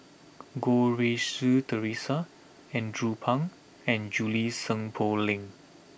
Goh Rui Si Theresa Andrew Phang and Junie Sng Poh Leng